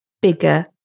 bigger